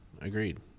Agreed